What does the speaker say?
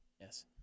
yes